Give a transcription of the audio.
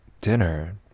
dinner